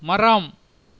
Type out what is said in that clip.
மரம்